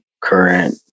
current